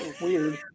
Weird